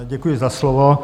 Děkuji za slovo.